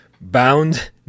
Bound